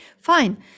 Fine